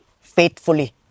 Faithfully